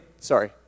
sorry